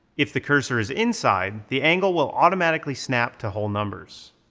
if the cursor is inside, the angle will automatically snap to whole numbers.